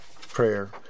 prayer